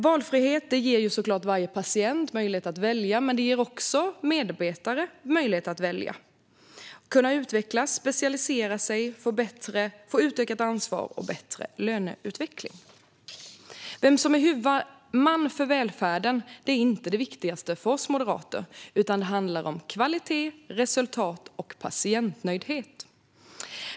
Valfrihet ger varje patient möjlighet att välja. Men det ger också medarbetare möjligheter att välja, att utvecklas, att specialisera sig och att få utökat ansvar och bättre löneutveckling. Vem som är huvudman för välfärden är inte det viktigaste för oss moderater, utan det handlar om kvalitet, resultat och patientnöjdhet.